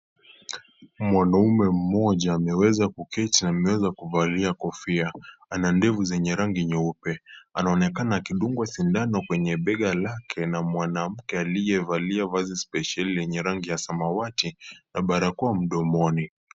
Mwanaume mmoja ameweza kuketi, ameweza kuvalia kofia. Ana ndefu zenye rangi nyeupe. Anaonekana akidungwa sindano kwenye bega lake na mwanamke, aliyevalia vazi sipesheli , lenye rangi ya samawati na balakoa mdomoni.